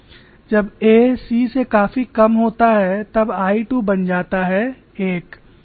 जब a c से काफी कम होता हैतब I 2 बन जाता है 1